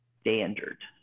Standard